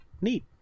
Neat